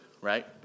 Right